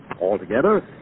Altogether